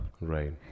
right